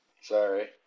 Sorry